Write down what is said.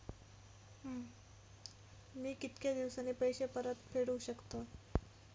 मी कीतक्या दिवसांनी पैसे परत फेडुक शकतय?